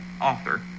author